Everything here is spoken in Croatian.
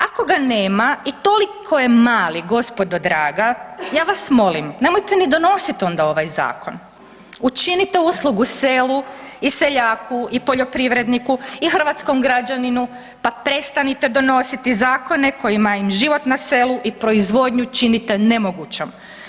Ako ga nema i toliko je mali gospodo draga, ja vas molim nemojte ni donositi ovaj zakon, učinite uslugu selu i seljaku i poljoprivredniku i hrvatskom građaninu pa prestanite donositi zakone kojima im život na selu i proizvodnju činite nemogućom.